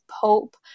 Pope